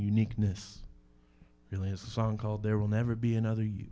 uniqueness really a song called there will never be another you